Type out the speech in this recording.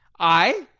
i?